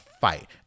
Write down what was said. fight